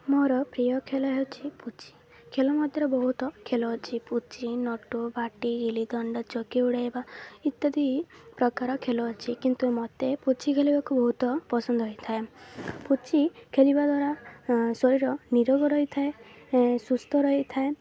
ମୋର ପ୍ରିୟ ଖେଳ ହେଉଛି ପୁଚି ଖେଳ ମଧ୍ୟରେ ବହୁତ ଖେଳ ଅଛି ପୁଚି ନଟୁ ବାଟି ଗିଲି ଦଣ୍ଡା ଚକି ଉଡ଼ାଇବା ଇତ୍ୟାଦି ପ୍ରକାର ଖେଳ ଅଛି କିନ୍ତୁ ମତେ ପୁଚି ଖେଳିବାକୁ ବହୁତ ପସନ୍ଦ ହୋଇଥାଏ ପୁଚି ଖେଳିବା ଦ୍ୱାରା ଶରୀର ନିରୋଗ ରହିଥାଏ ସୁସ୍ଥ ରହିଥାଏ